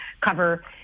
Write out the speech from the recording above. cover